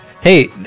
Hey